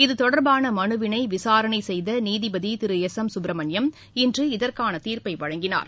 இத்தொடர்பான மனுவினை விசாரணை செய்த நீதிபதி திரு எஸ் எம் சுப்பிரமணியம் இன்று இதற்கான தீர்ப்பை வழங்கினார்